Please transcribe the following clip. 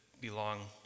belong